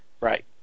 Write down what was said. Right